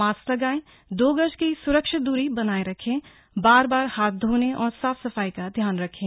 mask लगायें दो गज की सुरक्षित दूरी बनाये रखें तथा बार बार हाथ धोने और साफ सफाई का ध्यान रखें